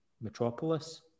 metropolis